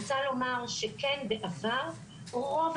לעניין